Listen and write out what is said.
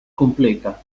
completa